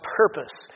purpose